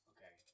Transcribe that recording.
Okay